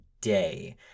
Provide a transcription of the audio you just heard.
day